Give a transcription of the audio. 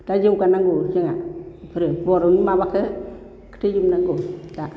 दा जौगानांगौ जोंहा बेफोरो बर'नि माबाखौ दिनथिजोबनांगौ दा